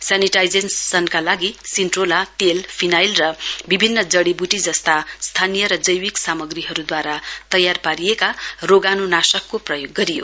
सेनिटाइजेशनका लागि सिन्ट्रोला तेल फिनाइल र विभिन्न जड़ीबुटी जस्ता स्थानीय र जैविक सामग्रीहरूद्वारा तयार पारिएका रोगानुनाशकको प्रयोग गरियो